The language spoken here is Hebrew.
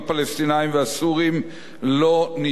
לא נדונו כל כך הרבה,